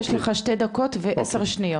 כי יש לך שתי דקות ועשר שניות.